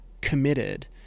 committed